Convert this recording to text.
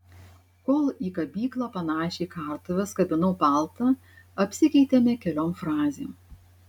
kol į kabyklą panašią į kartuves kabinau paltą apsikeitėme keliom frazėm